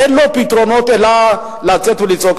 אין לו פתרונות אלא לצאת ולצעוק.